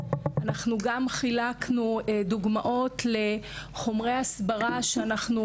חילקנו דוגמאות לחומרי הסברה שאנחנו